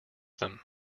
them